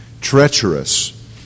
Treacherous